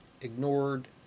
ignored